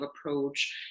approach